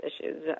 issues